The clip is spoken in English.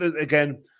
Again